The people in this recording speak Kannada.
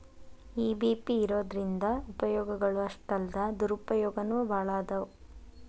ಇ.ಬಿ.ಪಿ ಇರೊದ್ರಿಂದಾ ಉಪಯೊಗಗಳು ಅಷ್ಟಾಲ್ದ ದುರುಪಯೊಗನೂ ಭಾಳದಾವ್